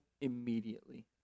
immediately